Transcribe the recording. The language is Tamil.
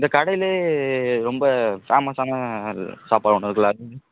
இந்த கடையிலே ரொம்ப ஃபேமஸான சாப்பாடு ஒன்று இருக்குல்ல அது என்ன